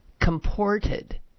comported